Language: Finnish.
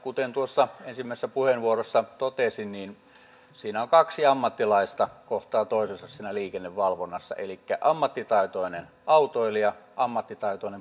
kuten tuossa ensimmäisessä puheenvuorossa totesin siinä liikennevalvonnassa kaksi ammattilaista kohtaavat toisensa elikkä ammattitaitoinen autoilija ja ammattitaitoinen poliisi